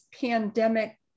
pandemic